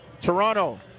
Toronto